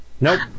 Nope